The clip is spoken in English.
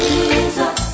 Jesus